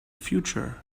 future